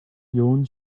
yoğun